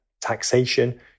taxation